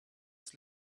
this